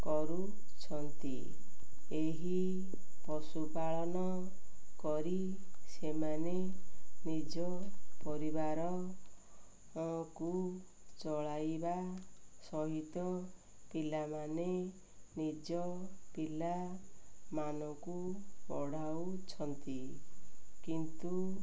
କରୁଛନ୍ତି ଏହି ପଶୁପାଳନ କରି ସେମାନେ ନିଜ ପରିବାରଙ୍କୁ ଚଳାଇବା ସହିତ ପିଲାମାନେ ନିଜ ପିଲାମାନଙ୍କୁ ପଢ଼ାଉଛନ୍ତି କିନ୍ତୁ